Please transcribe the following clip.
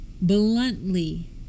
bluntly